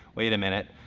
wait a minute,